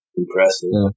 impressive